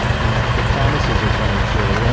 you know the promises are coming true, and